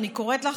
ואני קוראת לך,